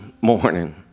morning